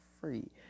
free